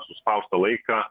suspaustą laiką